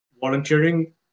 volunteering